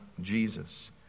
Jesus